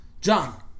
John